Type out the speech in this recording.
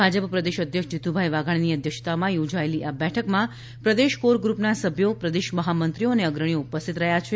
ભાજપ પ્રદેશ અધ્યક્ષ શ્રી જીતુભાઇ વાઘાણીની અધ્યક્ષતામાં યોજાયેલી આ બેઠકમાં પ્રદેશ કોર ગ્રુપના સભ્યો પ્રદેશ મહામંત્રીઓ અને અગ્રણીઓ ઉપસ્થિત રહ્યાં છે